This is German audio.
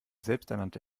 selbsternannte